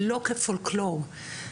לא כפולקלור,